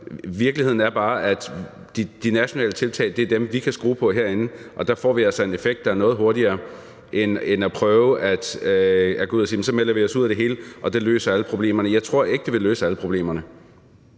Virkeligheden er bare, at de nationale tiltag er dem, vi kan skrue på herinde, og der får vi altså en effekt, der er noget hurtigere end at prøve at gå ud og sige, at så melder vi os ud af det hele, og at det løser alle problemerne. Jeg tror ikke, at det vil løse alle problemerne.